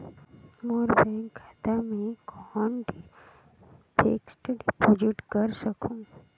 मोर bank खाता मे कौन फिक्स्ड डिपॉजिट कर सकहुं?